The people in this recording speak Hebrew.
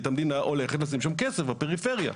המדינה הולכת לשים שם כסף, בפריפריה.